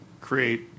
create